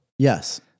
Yes